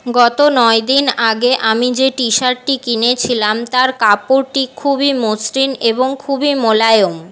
গত নয় দিন আগে আমি যে টি শার্টটি কিনেছিলাম তার কাপড়টি খুবই মসৃণ এবং খুবই মোলায়ম